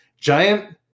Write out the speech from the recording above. Giant